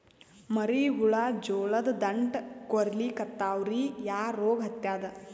ಮರಿ ಹುಳ ಜೋಳದ ದಂಟ ಕೊರಿಲಿಕತ್ತಾವ ರೀ ಯಾ ರೋಗ ಹತ್ಯಾದ?